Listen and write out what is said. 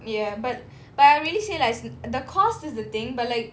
ya but but I really say lah the cost is the thing but like